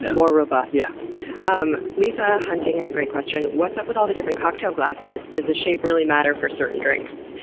more robust. yeah um lucia huntting had a great question what's up with all the different cocktail glasses? does the shape really matter for certain drinks?